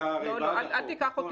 איתמר, אתה הרי בעד החוק.